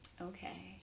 okay